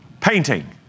painting